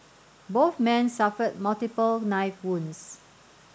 both men suffered multiple knife wounds